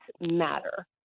matter